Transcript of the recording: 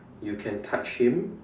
you can touch him